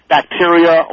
bacteria